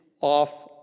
off